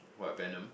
what Venom